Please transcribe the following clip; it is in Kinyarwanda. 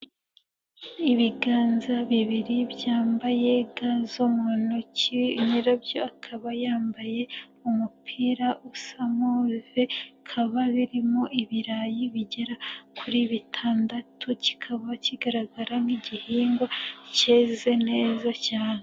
Ibiganza bibiri byambaye ga zo mu ntoki, nyirabyo akaba yambaye umupira usa move, bikaba birimo ibirayi bigera kuri bitandatu, kikaba kigaragara nk'igihingwa cyeze neza cyane.